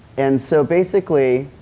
and, so basically